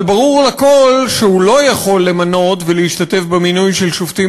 אבל ברור לכול שהוא לא יכול למנות ולהשתתף במינוי של שופטים